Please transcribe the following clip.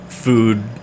food